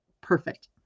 perfect